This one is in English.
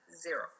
zero